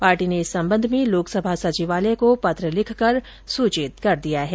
party ने इस संबंध में लोकसभा सचिवालय को पत्र लिखकर सूचित कर दिया है